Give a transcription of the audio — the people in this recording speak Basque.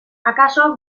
akaso